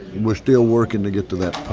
we're still working to get to that